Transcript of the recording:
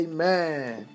Amen